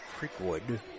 Creekwood